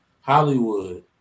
hollywood